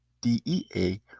DEA